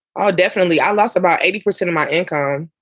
ah definitely. i lost about eighty percent of my income.